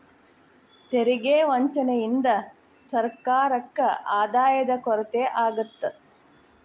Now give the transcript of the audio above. ತೆರಿಗೆ ವಂಚನೆಯಿಂದ ಸರ್ಕಾರಕ್ಕ ಆದಾಯದ ಕೊರತೆ ಆಗತ್ತ